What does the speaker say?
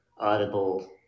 audible